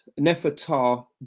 Nefertar